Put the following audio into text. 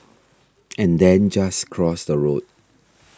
and then just cross the road